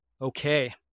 Okay